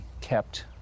kept